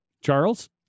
Charles